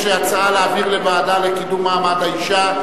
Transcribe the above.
יש הצעה להעביר לוועדה לקידום מעמד האשה.